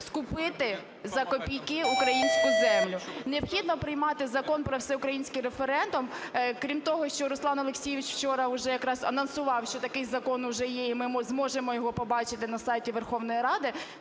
скупити за копійки українську землю. Необхідно приймати Закон про всеукраїнський референдум. Крім того, що Руслан Олексійович учора вже якраз анонсував, що такий закон уже є, і ми зможемо його побачити на сайті Верховної Ради.